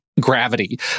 gravity